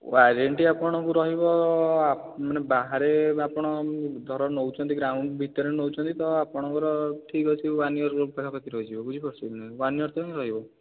warranty ଆପଣଙ୍କୁ ରହିବ ମାନେ ଆପଣ ବାହାରେ ଆପଣ ଧର ନେଉଛନ୍ତି ଗ୍ରାଉଣ୍ଡ୍ ଭିତରେ ନେଉଛନ୍ତି ତ ଆପଣଙ୍କର ଠିକ୍ ଅଛି ୱାନ୍ ୟର୍ ପାଖାପାଖି ରହିଯିବ ବୁଝିପାରୁଛନ୍ତି କି ନାହିଁ ୱାନ୍ ୟର୍ ତ ରହିବ